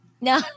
No